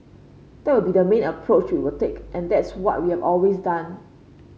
that would be the main approach we would take and that's what we have always done